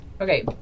Okay